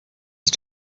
ist